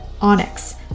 onyx